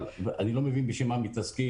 אבל אני לא מבין בשביל מה מתעסקים